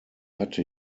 hatte